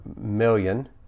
million